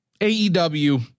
AEW